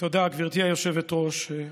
היושבת-ראש.